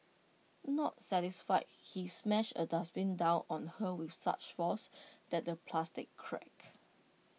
not satisfied he smashed A dustbin down on her with such force that the plastic cracked